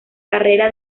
carrera